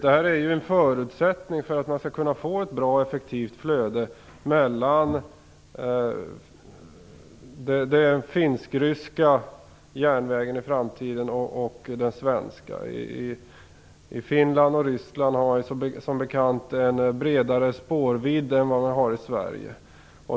Det är en förutsättning för att man skall kunna få ett bra och effektivt flöde i framtiden mellan den finsk-ryska järnvägen och den svenska. I Finland och Ryssland har man som bekant en bredare spårvidd än vad vi har i Sverige.